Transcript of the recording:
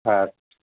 আচ্ছা